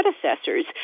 predecessors